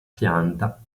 pianta